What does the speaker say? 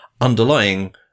underlying